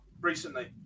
recently